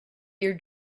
your